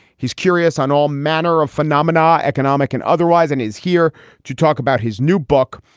he's curious on all manner of phenomena, economic and otherwise. and he's here to talk about his new book,